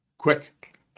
Quick